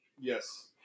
Yes